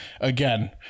again